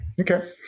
Okay